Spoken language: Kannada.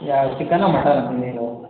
ಯಾ ಚಿಕನ್ನಾ ಮಟನ್ನಾ ತಿಂದಿದ್ದು